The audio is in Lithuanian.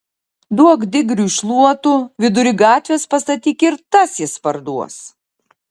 duok digriui šluotų vidury gatvės pastatyk ir tas jis parduos